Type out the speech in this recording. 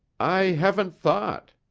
i haven't thought.